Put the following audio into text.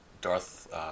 Darth